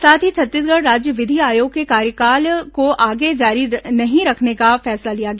साथ ही छत्तीसगढ़ राज्य विधि आयोग के कार्यकाल को आगे जारी नहीं रखने का फैसला लिया गया